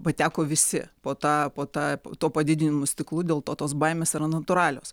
pateko visi po ta po ta po padidinimo stiklu dėl to tos baimės yra natūralios